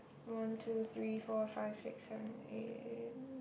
one two three four five six seven eight